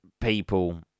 people